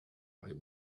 him